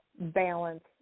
balance